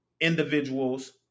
individuals